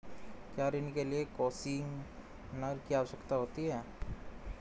क्या ऋण के लिए कोसिग्नर की आवश्यकता होती है?